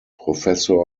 professor